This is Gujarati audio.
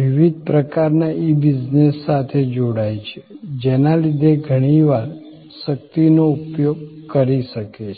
વિવિધ પ્રકારના ઈ બિઝનેસ સાથે જોડાય છે જેના લીધે ઘણી વધારે શક્તિનો ઉપયોગ કરી શકે છે